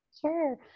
Sure